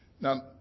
Now